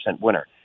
winner